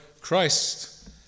Christ